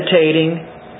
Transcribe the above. meditating